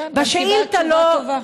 גם קיבלת תשובה טובה.